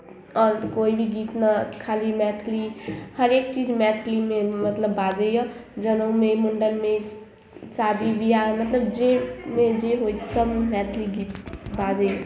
आओर कोइ भी गीतमे खाली मैथिली हरेक चीज मैथिलीमे मतलब बाजैए जनेउमे मुण्डनमे स् शादी विवाहमे मतलब जाहिमे जे होइ छै सभमे मैथिली गीत बाजैत